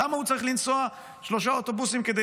למה הוא צריך לנסוע בשלושה אוטובוסים כדי